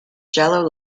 shallow